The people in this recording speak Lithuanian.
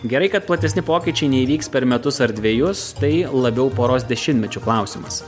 gerai kad platesni pokyčiai neįvyks per metus ar dvejus tai labiau poros dešimtmečių klausimas